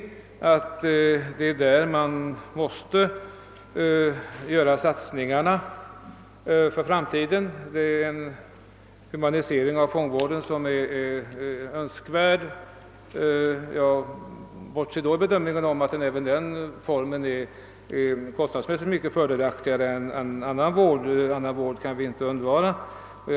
Jag anser alltså att det är här man måste göra satsningarna för framtiden. Det är en humanisering av fångvården som är önskvärd. Jag bortser vid bedömningen från att ifrågavarande vårdform kostnadsmässigt är mycket mera fördelaktig än annan vård — vi kan dock inte undvara annan vård.